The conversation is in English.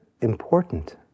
important